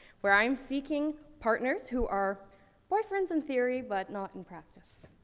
where i'm seeking partners who are boyfriends in theory, but not in practice.